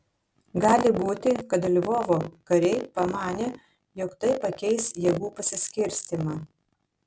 gali būti kad lvovo kariai pamanė jog tai pakeis jėgų pasiskirstymą